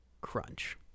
Crunch